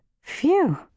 phew